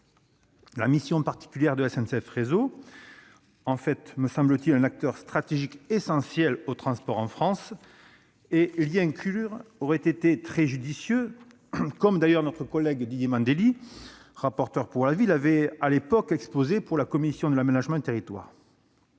La mission particulière de SNCF Réseau en fait, me semble-t-il, un acteur stratégique essentiel au transport en France, et l'y inclure aurait été très judicieux, comme notre collègue Didier Mandelli, rapporteur pour avis, l'avait à l'époque exposé au nom de la commission de l'aménagement du territoire